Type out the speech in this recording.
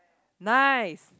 nice